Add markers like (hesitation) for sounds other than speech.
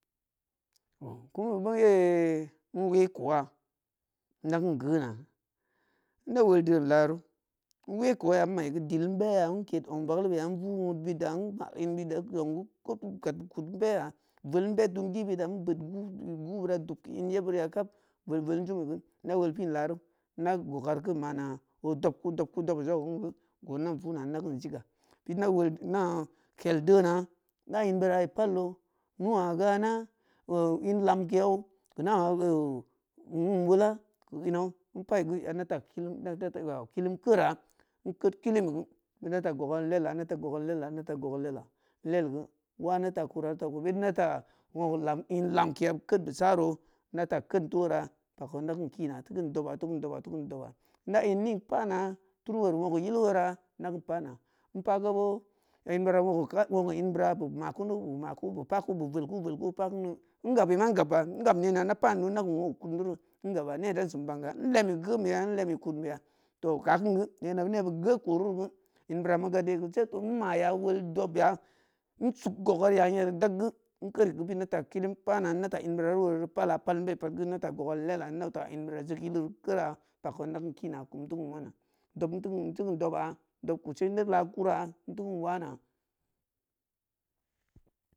Kein beu bong ye in we kooh inda kein geuna inda wol dein laru in we kooh ya in mai geu dil in beya in ked ong bagalu beya in vung wud bid da in ma in beud da zong geu (hesitation) kud beu beya vol in be dun gi beud da in beud ga gubera dub keu in ye beu riya kab vol-vol in diingi geu i da wol pin laru ida gogari kin mana odobku-dobku-dobeu joko geu gon dan vu’a i dakin siga bid ida wol ina (hesitation) keil dena ida in beura pandau nu’a gana keu in lamke yau keu (hesitation) wum wola keu innau in pai geu yan ida ta kilim (hesitation) kilim keura in keid kili mi geu in data gogari lelah-in data gogari lelah-in data gogari lelah in leligeu wa ndata kura ba ko bid idata woogeu lam in lam keya ked beu saru indata keidn du wora bokoh in dakina tikiil doba-tikin doba tikin doba in da in ning pana (hesitation) turu wuri woogeu yilu wora ma kein pana in pa ga bo in beura woogeu ka woogeu in beura beu ma kunu-beu pa kundo in gabeu ma in gabba in gab nena in da keu woogeu kudn dun in gaba ne dansi banga in lemi geun beya in lemi kudnbeya tooh ka’a kin geu nena (unintelligible) geu kum diri geu in beura meu gab yegeu jek in maya wol dobya in sug goga riya yeri dag geu in keuri geu bid indata kilim pana idata in beurari woreuri pala-pal in bei pad bid in data gogari lela in dauta iin beura jig yilu ru keura boko indakeun kina kum in teukin wana dab teu kin teu kin doba-dob kud ce inda laah kura in teu kein wana